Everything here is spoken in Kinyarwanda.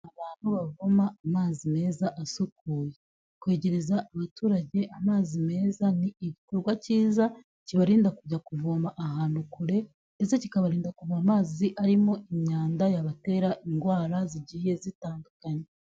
Abantu bavoma amazi meza asukuye, kwegereza abaturage amazi meza ni igikorwa cyiza kibarinda kujya kuvoma ahantu kure ndetse kikabarinda kuvoma amazi arimo imyanda yabatera indwara zigiye zitandukanye.